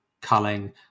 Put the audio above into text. culling